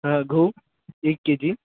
हां गहू एक के जी